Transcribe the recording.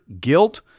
guilt